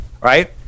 right